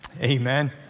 Amen